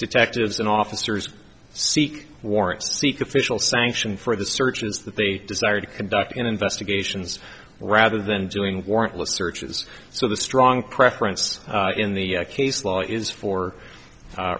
detectives and officers seek warrants to seek official sanction for the searches that they desire to conduct investigations rather than doing warrantless searches so the strong preference in the case law is for